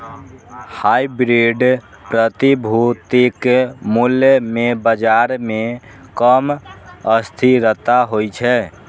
hybrid प्रतिभूतिक मूल्य मे बाजार मे कम अस्थिरता होइ छै